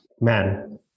man